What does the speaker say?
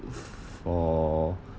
for